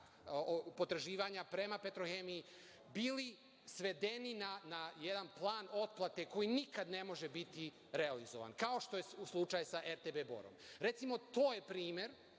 potraživanja prema „Petrohemiji“ bili svedeni na jedan plan otplate koji nikada ne može biti realizovan, kao što je slučaj sa RTB Borom. Recimo, to je primer